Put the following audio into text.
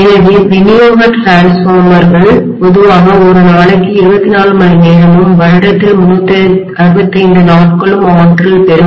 எனவே விநியோக டிரான்ஸ்ஃபார்மர்கள் மின்மாற்றிகள் பொதுவாக ஒரு நாளைக்கு 24 மணிநேரமும் வருடத்தில் 365 நாட்களும் ஆற்றல் பெறும்